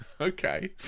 Okay